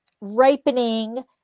ripening